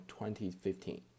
2015